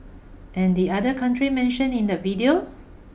and the other country mentioned in the video